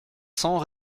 cents